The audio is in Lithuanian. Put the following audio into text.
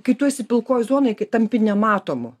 kai tu esi pilkoj zonoj kai tampi nematomu